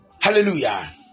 Hallelujah